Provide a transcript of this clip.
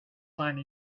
finding